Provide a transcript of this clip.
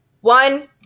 one